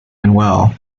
manuel